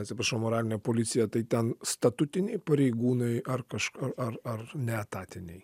atsiprašau moralinė policija tai ten statutiniai pareigūnai ar kažkur ar ar neetatiniai